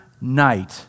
night